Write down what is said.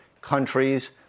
countries